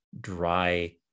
dry